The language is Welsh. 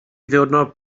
ddiwrnod